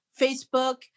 Facebook